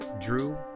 Drew